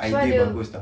idea bagus tak